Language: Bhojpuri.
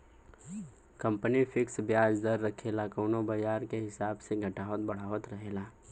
कंपनी फिक्स बियाज दर रखेला कउनो बाजार के हिसाब से बढ़ावत घटावत रहेला